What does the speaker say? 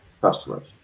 customers